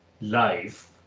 life